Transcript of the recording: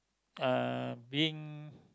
uh being